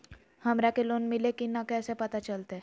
हमरा के लोन मिल्ले की न कैसे पता चलते?